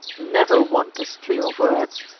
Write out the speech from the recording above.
never want a stream of words,